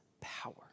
power